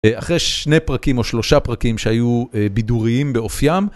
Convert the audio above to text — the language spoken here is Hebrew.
אחרי שני פרקים או שלושה פרקים שהיו בידוריים באופיים.